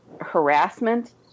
harassment